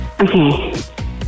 Okay